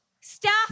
staff